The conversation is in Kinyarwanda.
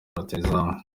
rutahizamu